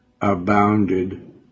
abounded